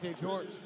George